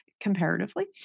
comparatively